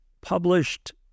published